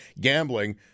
gambling